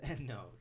No